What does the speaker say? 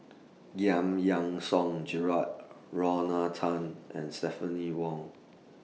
Giam Yean Song Gerald Lorna Tan and Stephanie Wong